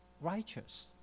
righteous